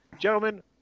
gentlemen